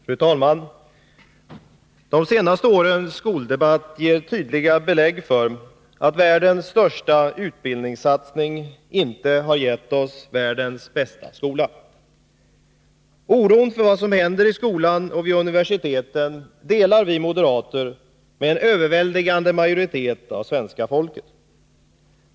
Fru talman! De senaste årens skoldebatt ger tydliga belägg för att världens största utbildningssatsning inte har givit oss världens bästa skola. Oron för vad som händer i skolan och vid universiteten delar vi moderater med en överväldigande majoritet av svenska folket.